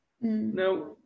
Now